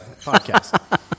podcast